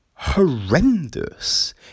Horrendous